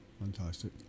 fantastic